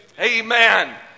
Amen